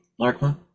Larkma